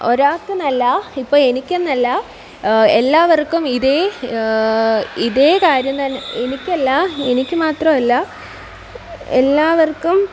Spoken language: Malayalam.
ഒരാൾക്ക് എന്നല്ല ഇപ്പം എനിക്ക് എന്നല്ല എല്ലാവർക്കും ഇതേ ഇതേ കാര്യം തന്നെ എനിക്ക് എല്ലാ എനിക്ക് മാത്രമല്ല എല്ലാവർക്കും